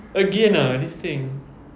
again ah this thing